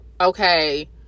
Okay